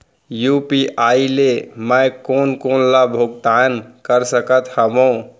UPI ले मैं कोन कोन ला भुगतान कर सकत हओं?